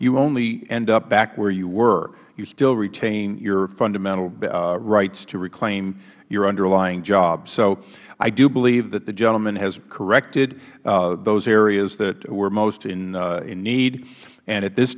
you only end up back where you were you still retain your fundamental rights to reclaim your underlying job so i do believe that the gentleman has corrected those areas that were most in need at this